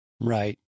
Right